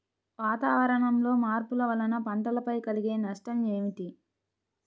వాతావరణంలో మార్పుల వలన పంటలపై కలిగే నష్టం ఏమిటీ?